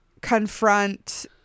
confront